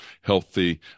healthy